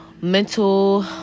mental